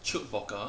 chilled vodka